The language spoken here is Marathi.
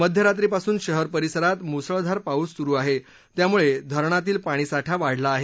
मध्यरात्री पासून शहर परिसरात मुसळधार पाऊस सुरू आहे त्यामुळे धरणातील पाणीसाठा वाढला आहे